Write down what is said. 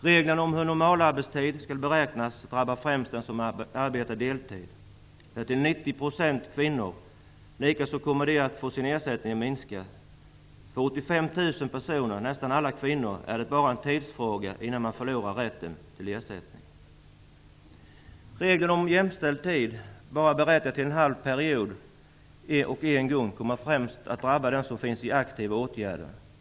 Reglerna för hur normalarbetstid skall beräknas drabbar fämst dem som arbetar deltid. De är till 90 % kvinnor. Likaså kommer de att få sin ersättning minskad. För 85 000 personer, nästan alla kvinnor, är det bara en tidsfråga innan man förlorar rätten till ersättning. Reglerna om jämställd tid berättigar bara till en halv period och kommer att främst drabba dem som är i aktiva åtgärder.